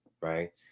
right